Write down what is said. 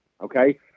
okay